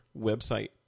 website